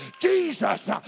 Jesus